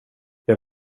jag